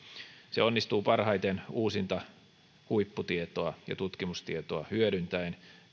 se onnistuu parhaiten uusinta huipputietoa ja tutkimustietoa hyödyntäen